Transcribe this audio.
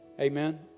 Amen